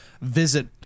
visit